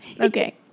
Okay